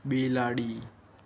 બિલાડી